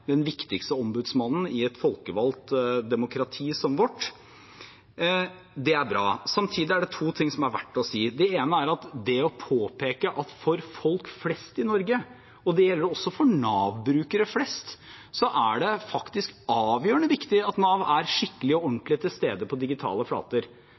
den viktigste ombudsmannen i et folkevalgt demokrati som vårt. Det er bra. Samtidig er det to ting som er verdt å si. Det ene jeg vil påpeke, er at for folk flest i Norge – og det gjelder også for Nav-brukere flest – er det faktisk avgjørende viktig at Nav er skikkelig og